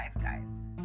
guys